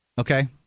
Okay